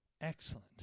excellent